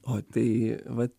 o tai vat